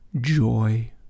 Joy